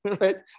right